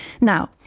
Now